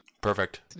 perfect